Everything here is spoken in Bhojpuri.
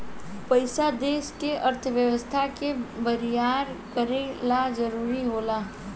पइसा देश के अर्थव्यवस्था के बरियार करे ला जरुरी होला